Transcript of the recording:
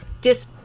dis